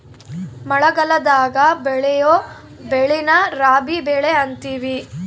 ಮಳಗಲದಾಗ ಬೆಳಿಯೊ ಬೆಳೆನ ರಾಬಿ ಬೆಳೆ ಅಂತಿವಿ